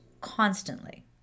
constantly